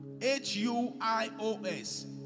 h-u-i-o-s